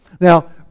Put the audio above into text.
now